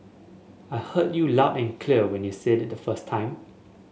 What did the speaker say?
I heard you loud and clear when you said it the first time